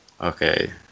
Okay